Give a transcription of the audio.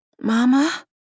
Mama